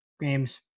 games